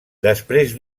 després